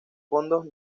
fondos